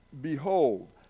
behold